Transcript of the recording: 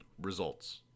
Results